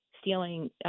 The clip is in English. stealing